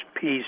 peace